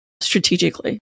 strategically